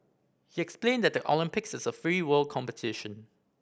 he explain that the Olympics is a free world competition